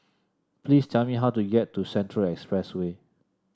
please tell me how to get to Central Expressway